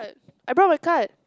I brought my card